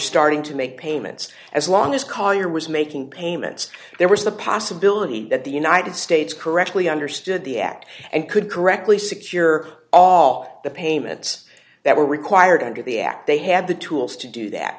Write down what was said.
starting to make payments as long as collier was making payments there was the possibility that the united states correctly understood the act and could correctly secure all the payments that were required under the act they have the tools to do that